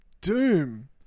Doom